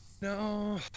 No